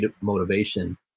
motivation